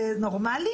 זה נורמלי?